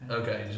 okay